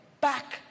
back